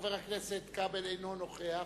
חבר הכנסת כבל אינו נוכח.